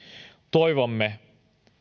toivomme